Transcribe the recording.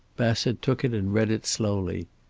bassett took it and read it slowly.